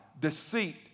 deceit